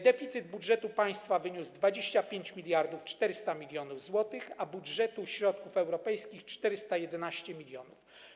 Deficyt budżetu państwa wyniósł 25 400 mln zł, a budżetu środków europejskich 411 mln.